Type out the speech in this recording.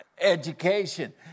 Education